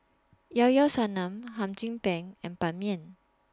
Llao Llao Sanum Hum Chim Peng and Ban Mian